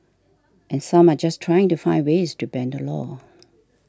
and some are just trying to find ways to bend the law